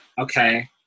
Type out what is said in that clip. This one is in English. Okay